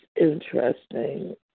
interesting